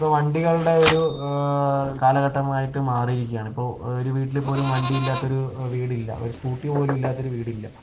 ഇപ്പോൾ വണ്ടികളുടെ ഒരു കാലഘട്ടമായിട്ട് മാറിയിരിക്കുകയാണ് ഇപ്പോൾ ഒരു വീട്ടിൽ പോലും വണ്ടിയില്ലാത്ത ഒരു വീടില്ല ഒരു സ്കൂട്ടി പോലുമില്ലാത്ത ഒരു വീടില്ല